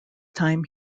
time